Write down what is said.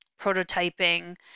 prototyping